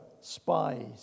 spies